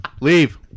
Leave